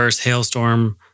Hailstorm